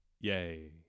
Yay